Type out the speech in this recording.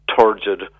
turgid